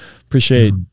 appreciate